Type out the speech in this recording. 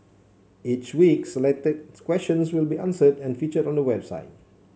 each week selected questions will be answered and featured on the website